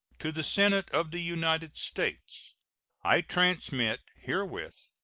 to the senate of the united states i transmit herewith,